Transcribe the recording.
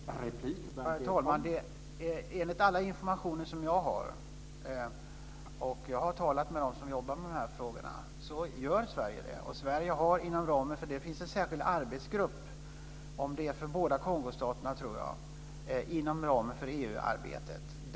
Herr talman! Enligt alla informationer som jag har, och jag har talat med dem som jobbar med de här frågorna, gör Sverige det. Det finns en särskild arbetsgrupp, jag tror att det är för båda Kongostaterna, inom ramen för EU-arbetet.